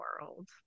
world